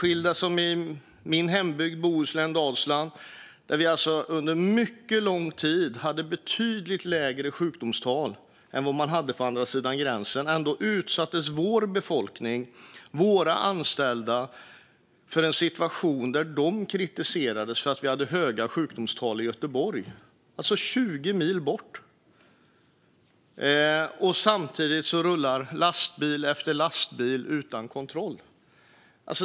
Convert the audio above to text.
I min hembygd i Bohuslän, Dalsland, hade vi under mycket lång tid betydligt lägre sjukdomstal än vad man hade på andra sidan gränsen. Ändå utsattes vår befolkning, våra anställda, för en situation där de kritiserades för vi hade höga sjukdomstal i Göteborg 20 mil bort. Samtidigt rullar lastbil efter lastbil in utan kontroll.